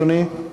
אדוני.